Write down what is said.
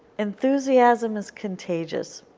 enthusiasm is contagious.